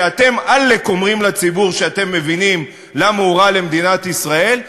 שאתם עלק אומרים לציבור שאתם מבינים למה הוא רע למדינת ישראל,